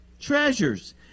Treasures